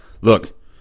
Look